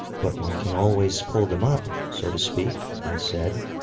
but one can always pull them up, so to speak, i said,